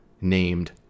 named